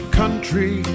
country